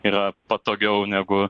yra patogiau negu